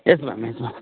yes ma'am yes ma'am